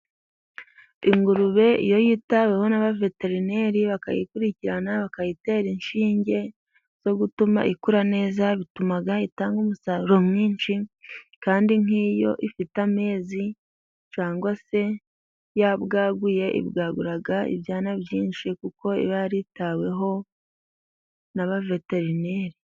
Ingurube iyo yitaweho n'abaveterineri bakayikurikirana bakayitera inshinge zo gutuma ikura neza bituma itanga umusaruro mwinshi. Kandi nk'iyo ifite amezi cyangwa se yabwaguye, ibwagura ibyana byinshi kuko iba yaritaweho n'abaveterineri.